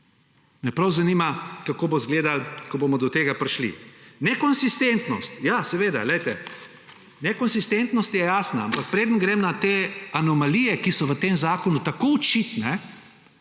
Me prav zanima, kako bo izgledalo, ko bomo do tega prišli. Nekonsistentnost, ja seveda, poglejte. Nekonsistentnost je jasna, ampak preden grem na anomalije, ki so v tem zakonu tako očitne,